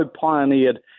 pioneered